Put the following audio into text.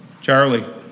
Charlie